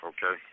Okay